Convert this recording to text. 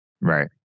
Right